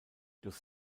durch